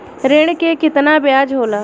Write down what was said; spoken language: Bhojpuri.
ऋण के कितना ब्याज होला?